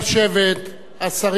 השרים, חברי הכנסת,